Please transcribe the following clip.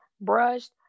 brushed